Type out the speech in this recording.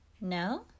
No